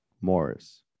Morris